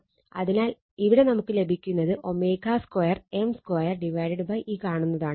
അതിനാൽ ഇവിടെ നമുക്ക് ലഭിക്കുന്നത് 2 M 2 ഈ കാണുന്നതുമാണ്